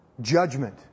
Judgment